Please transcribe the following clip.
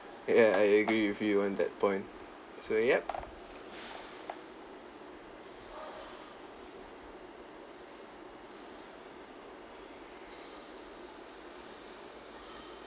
ya I agree with you on that point so yup